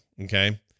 Okay